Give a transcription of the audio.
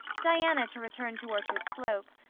diana to return to orchard slope,